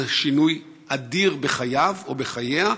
זה שינוי אדיר בחייו או בחייה,